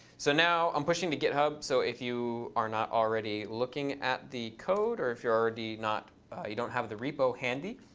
so now i'm pushing to github. so if you are not already looking at the code or if you're already not you don't have the repo handy,